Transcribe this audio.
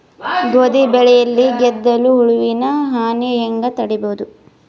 ಗೋಧಿ ಬೆಳೆಯಲ್ಲಿ ಗೆದ್ದಲು ಹುಳುವಿನ ಹಾನಿ ಹೆಂಗ ತಡೆಬಹುದು?